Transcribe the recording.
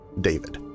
David